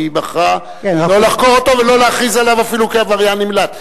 היא בחרה לא לחקור אותו ולא להכריז עליו אפילו כעבריין נמלט.